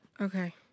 Okay